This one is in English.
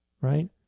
Right